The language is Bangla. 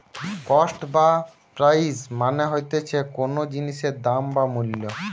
কস্ট বা প্রাইস মানে হতিছে কোনো জিনিসের দাম বা মূল্য